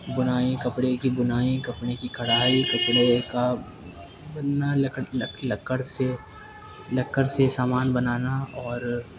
بںائی کپڑے کی بنائی کپڑے کی کڑھائی کپڑے کا بننا لکڑ سے لکڑ سے سامان بنانا اور